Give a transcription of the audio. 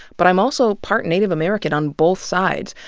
but i'm also part native american on both sides.